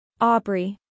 Aubrey